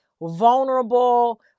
vulnerable